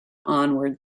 onward